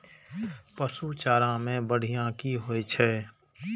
पशु चारा मैं बढ़िया की होय छै?